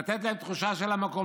לתת להם תחושה של המקום.